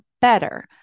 better